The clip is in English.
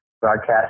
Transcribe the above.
broadcast